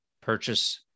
purchase